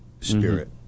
spirit